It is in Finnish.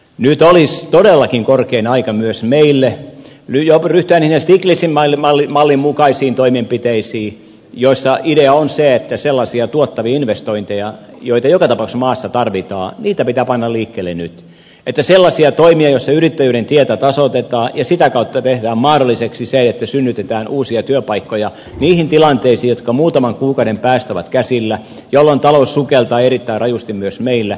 nyt olisi todellakin korkein aika myös meille jo ryhtyä stiglitzin mallin mukaisiin toimenpiteisiin joissa idea on se että sellaisia tuottavia investointeja joita joka tapauksessa maassa tarvitaan pitää panna liikkeelle nyt sellaisia toimia joilla yrittäjyyden tietä tasoitetaan ja sitä kautta tehdään mahdolliseksi se että synnytetään uusia työpaikkoja niihin tilanteisiin jotka muutaman kuukauden päästä ovat käsillä jolloin talous sukeltaa erittäin rajusti myös meillä